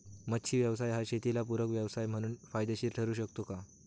मच्छी व्यवसाय हा शेताला पूरक व्यवसाय म्हणून फायदेशीर ठरु शकतो का?